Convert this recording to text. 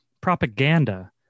propaganda